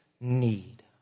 need